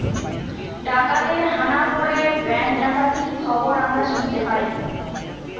ডাকাতের হানা পড়ে ব্যাঙ্ক ডাকাতির খবর আমরা শুনতে পাই